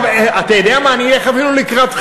אתה יודע מה, אני אלך אפילו לקראתך.